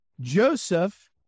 Joseph